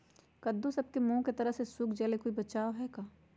कददु सब के मुँह के तरह से सुख जाले कोई बचाव है का?